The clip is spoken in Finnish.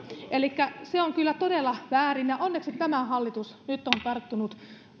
se on kyllä todella väärin ja onneksi tämä hallitus nyt on tarttunut